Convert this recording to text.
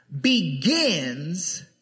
begins